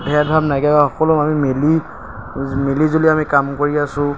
ভেদভাব নাইকিয়া কৰি সকলো আমি মিলি মিলিজুলি আমি কাম কৰি আছো